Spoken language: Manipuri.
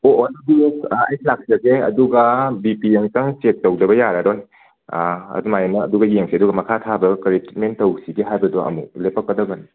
ꯑꯣ ꯑꯣ ꯑꯗꯨꯗꯤ ꯑꯩ ꯂꯥꯛꯆꯒꯦ ꯑꯗꯨꯒ ꯕꯤ ꯄꯤ ꯑꯃꯨꯛꯇꯪ ꯆꯦꯛ ꯇꯧꯗꯕ ꯌꯥꯔꯔꯣꯏ ꯑꯗꯨꯃꯥꯏꯅ ꯑꯗꯨꯒ ꯌꯦꯡꯁꯦ ꯑꯗꯨꯒ ꯃꯈꯥ ꯊꯥꯕ ꯀꯔꯤ ꯇ꯭ꯔꯤꯠꯃꯦꯟ ꯇꯧꯁꯤꯒꯦ ꯍꯥꯏꯕꯗꯣ ꯑꯃꯨꯛ ꯂꯦꯄꯛꯀꯗꯕꯅꯤ